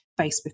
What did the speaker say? Facebook